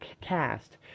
cast